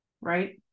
right